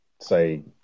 say